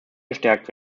gestärkt